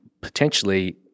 potentially